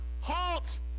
Halt